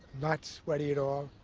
not sweaty at all,